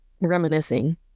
reminiscing